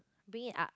bring it up